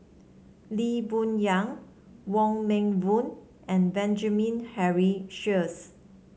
Lee Boon Yang Wong Meng Voon and Benjamin Henry Sheares